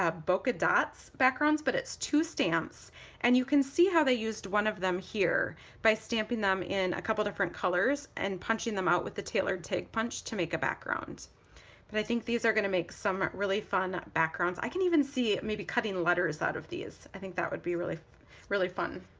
ah bokeh dots backgrounds, but it's two stamps and you can see how they used one of them here by stamping them in a couple different colors and punching them out with the tailored tag punch to make a background but i think these are gonna make some really fun backgrounds. i can even see maybe cutting letters out of these, i think that would be really really fun.